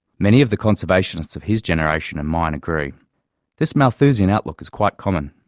many of the conservationists of his generation and mine agree this malthusian outlook is quite common.